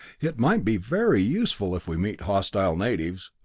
it might be very useful if we met hostile natives.